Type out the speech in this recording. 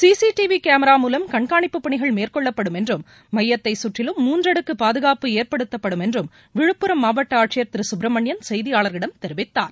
CCTV camera மூலம் கண்காணிப்புப்பணிகள் மேற்கொள்ளப்படும் என்றும் மையத்தை கற்றிலும் மூன்றடுக்கு பாதுகாப்பு ஏற்படுத்தப்படும் என்றும் விழுப்புரம் மாவட்ட ஆட்சியர் திரு சுப்பிரமணியன் செய்தியாளர்களிடம் தெரிவித்தார்